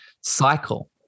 cycle